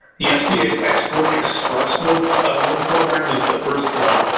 the sba's export express loan loan program is the first one.